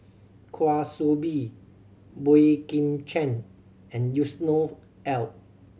Kwa Soon Bee Boey Kim Cheng and Yusnor Ef